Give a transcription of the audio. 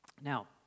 Now